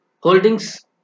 Holdings